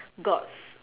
gods